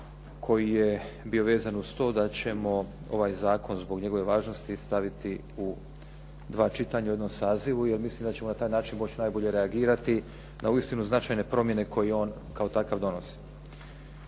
koji je bio vezan uz to da ćemo ovaj zakon zbog njegove važnosti staviti u dva čitanja u jednom sazivu, jer mislim da ćemo na taj način moći najbolje reagirati na uistinu značajne promjene koje on kao takav donosi.